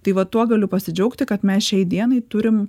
tai va tuo galiu pasidžiaugti kad mes šiai dienai turim